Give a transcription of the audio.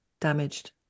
damaged